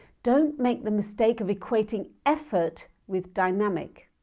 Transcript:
don't make the mistake of equating effort with dynamic!